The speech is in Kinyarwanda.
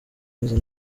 meze